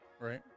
Right